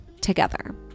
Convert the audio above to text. together